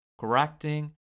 correcting